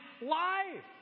life